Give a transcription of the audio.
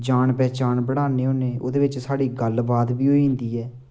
जान पहचान बढ़ान्ने होन्ने ओह्दे बिच्च साढ़ी गल्ल बात बी होई जंदी ऐ